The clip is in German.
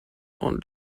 und